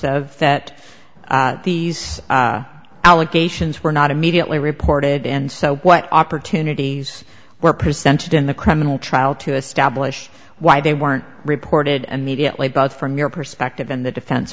of that these allegations were not immediately reported and so what opportunities were presented in the criminal trial to establish why they weren't reported and media but from your perspective and the defen